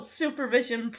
supervision